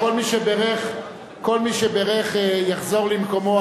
כל מי שבירך יחזור למקומו,